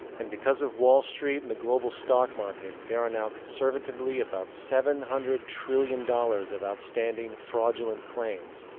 and because of wall street and the global stock market there are now conservatively about seven hundred trillion dollars of outstanding fraudulent claims,